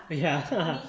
ya